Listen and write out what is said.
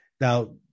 Now